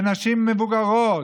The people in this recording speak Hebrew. ובנשים מבוגרות.